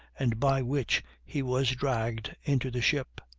and by which he was dragged into the ship.